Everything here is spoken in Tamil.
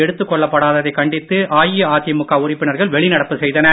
எடுத்துக் கொள்ளப் படாததை கண்டித்து அஇஅதிமுக உறுப்பினர்கள் வெளிநடப்பு செய்தனர்